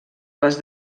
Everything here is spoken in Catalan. les